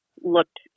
looked